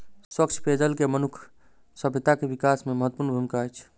स्वच्छ पेयजल के मनुखक सभ्यता के विकास में महत्वपूर्ण भूमिका अछि